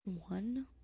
one